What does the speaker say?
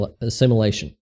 assimilation